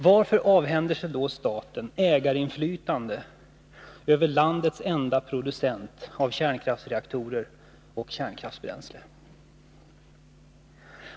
Varför avhänder sig då staten ägarinflytandet över landets enda producent av kärnkraftsreaktorer och kärnkraftsbränsle?